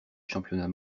championnat